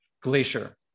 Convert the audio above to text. Glacier